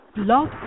Love